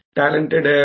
talented